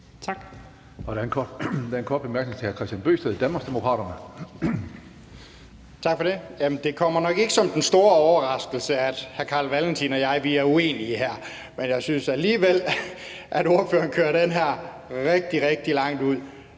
Hønge): Der er en kort bemærkning til hr. Kristian Bøgsted, Danmarksdemokraterne. Kl. 16:39 Kristian Bøgsted (DD): Tak for det. Det kommer nok ikke som den store overraskelse, at hr. Carl Valentin og jeg er uenige her. Men jeg synes alligevel, at ordføreren kører den her rigtig, rigtig langt ud.